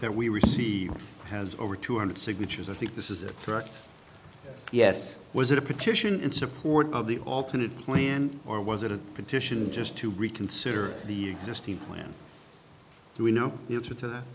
that we received has over two hundred signatures i think this is a direct yes was it a petition in support of the alternate plan or was it a petition just to reconsider the existing plan do we know the answer to that